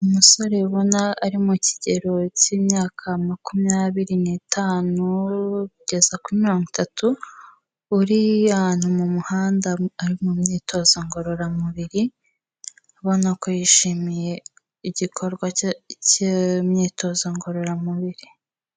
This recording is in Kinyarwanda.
Umusore ubona ari mu kigero cy'imyaka makumyabiri n'itanu kugeza kuri mirongo itatu, uri ahantu mu muhanda ari mu myitozo ngororamubiri, ubona ko yishimiye igikorwa cy'imyitozo ngororamubiri.